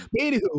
anywho